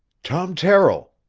tom terrill.